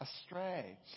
astray